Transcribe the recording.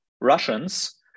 Russians